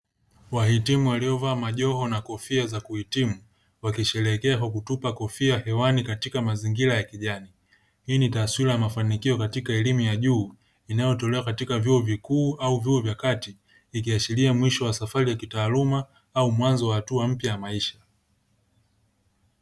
Wahitimu waliovaa majoho na kofia za kuhitimu wakisheherekea kwa kutupa kofia hewani katika mazingira ya kijani. Hii ni taswira ya mafanikio katika elimu inayotolewa katika vyuo vikuu au vyuo vya kati ikiashiria mwisho wa safari ya kitaaluma au mwanzo wa hatua mpya ya maisha.